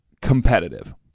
competitive